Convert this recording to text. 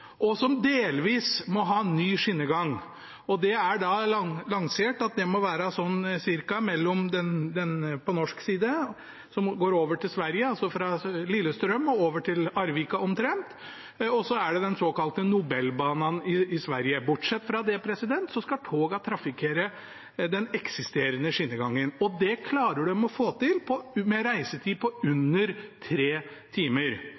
og som delvis må ha ny skinnegang. Det er lansert at det på norsk side må være ca. fra Lillestrøm til Arvika, og det er den såkalte Nobelbanan i Sverige. Bortsett fra det skal togene trafikkere den eksisterende skinnegangen, og det klarer de å få til med en reisetid på